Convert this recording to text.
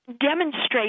demonstrate